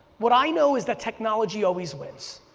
what i know is that technology always wins.